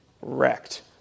wrecked